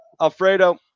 alfredo